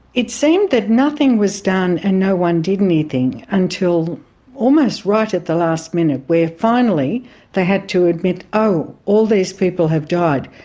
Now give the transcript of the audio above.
it seemed that nothing was done and no one did anything until almost right at the last minute, where finally they had to admit, oh, all these people have died.